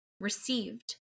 received